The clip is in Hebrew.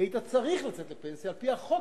כי היית צריך לצאת לפנסיה על-פי החוק.